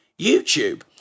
YouTube